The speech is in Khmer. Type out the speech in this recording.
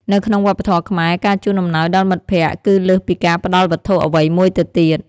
នៅក្នុងវប្បធម៌ខ្មែរ ការជូនអំណោយដល់មិត្តភក្តិគឺលើសពីការផ្ដល់វត្ថុអ្វីមួយទៅទៀត។